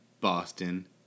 Boston